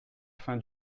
fin